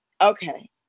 Okay